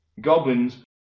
goblins